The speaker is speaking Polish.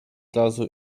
razu